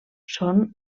són